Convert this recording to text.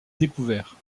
découverts